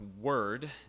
word